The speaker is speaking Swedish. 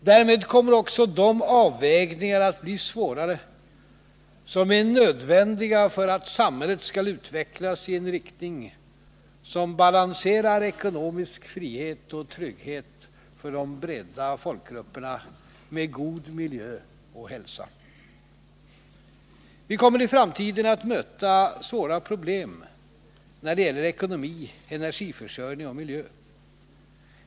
Därmed kommer också de avvägningar att bli svårare som är nödvändiga för att samhället skall utvecklas i en riktning som balanserar ekonomisk frihet och trygghet för de breda folkgrupperna med god miljö och hälsa. Vi kommer i framtiden att möta svåra problem när det gäller ekonomi, energiförsörjning och miljö.